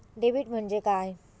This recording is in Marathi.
डेबिट म्हणजे काय?